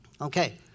Okay